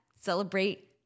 celebrate